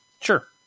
Sure